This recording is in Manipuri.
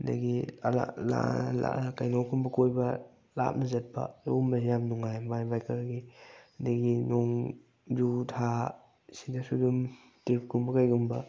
ꯑꯗꯒꯤ ꯀꯩꯅꯣꯒꯨꯝꯕ ꯀꯣꯏꯕ ꯂꯥꯞꯅ ꯆꯠꯄ ꯑꯗꯨꯒꯨꯝꯕꯁꯦ ꯌꯥꯝ ꯅꯨꯡꯉꯥꯏ ꯕꯥꯏꯛ ꯕꯥꯏꯛꯀꯔꯒꯤ ꯑꯗꯒꯤ ꯅꯣꯡꯖꯨ ꯊꯥꯁꯤꯗꯁꯨ ꯑꯗꯨꯝ ꯇ꯭ꯔꯤꯞꯀꯨꯝꯕ ꯀꯩꯒꯨꯝꯕ